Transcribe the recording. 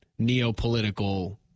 neopolitical